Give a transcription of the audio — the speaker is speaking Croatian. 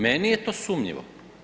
Meni je to sumnjivo.